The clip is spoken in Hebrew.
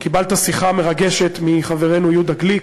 שקיבלת שיחה מרגשת מחברנו יהודה גליק,